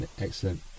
Excellent